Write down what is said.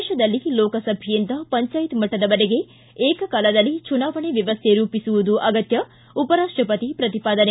ದೇಶದಲ್ಲಿ ಲೋಕಸಭೆಯಿಂದ ಪಂಚಾಯತ್ ಮಟ್ಟದವರೆಗೆ ವಿಕಕಾಲದಲ್ಲಿ ಚುನಾವಣೆ ವ್ಯವಸ್ಥೆ ರೂಪಿಸುವುದು ಅಗತ್ಯ ಉಪರಾಷ್ಟಪತಿ ಪ್ರತಿಪಾದನೆ